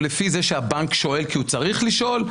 או לפי זה שהבנק שואל כי הוא צריך לשאול,